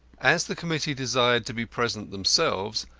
as the committee desired to be present themselves,